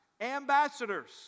ambassadors